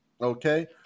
okay